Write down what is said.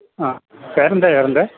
ആ പേരെന്താണ് ചേട്ടൻ്റെ